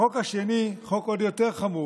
החוק השני הוא חוק עוד יותר חמור.